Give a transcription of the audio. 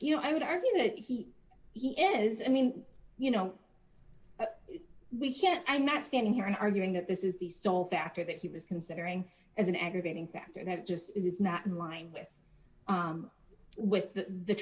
you know i would argue that he he is i mean you know we can't i'm not standing here and arguing that this is the sole factor that he was considering as an aggravating factor that just is not in line with with the